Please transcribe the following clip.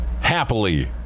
Happily